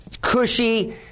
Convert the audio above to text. cushy